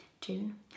June